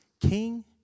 King